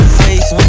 face